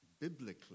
biblically